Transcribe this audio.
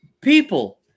people